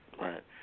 Right